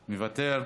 מוותר,